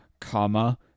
comma